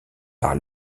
par